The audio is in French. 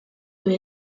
peut